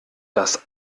das